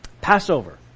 Passover